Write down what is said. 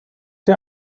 der